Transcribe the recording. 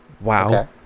wow